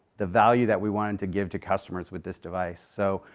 the value that we wanted to give to customers with this device. so,